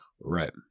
right